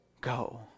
go